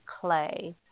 clay